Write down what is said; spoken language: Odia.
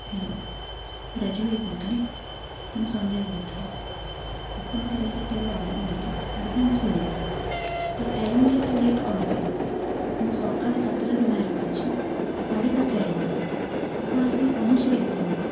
ହ୍ୟାଲୋ ରାଜୁ ଭାଇ କହୁଥିଲେ ମୁଁ ସନ୍ଧ୍ୟା କହୁଥିଲି ଆପଣ କାଲି ଯେତେବେଳେ ଅର୍ଡ଼ର ନେଲେ ଆଡ଼ଭାନ୍ସ ବି ନେଲେ ତ ଟାଇମରେ ଏତେ ଲେଟ କ'ଣ ପାଇଁ ମୁଁ ସଖାଳ ସାତ ଟା ରୁ ବାହାରିକି ଅଛି ସାଢ଼େ ସାତ ଟା ହେଇଗଲାଣି ଆପଣ ଆସିକି ପହଞ୍ଚିବେ କେତେବେଳେ